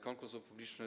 Konkurs publiczny.